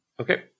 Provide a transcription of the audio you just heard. Okay